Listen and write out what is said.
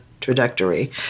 trajectory